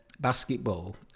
basketball